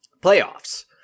playoffs